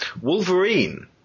Wolverine